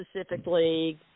specifically